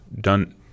done